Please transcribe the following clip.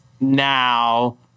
now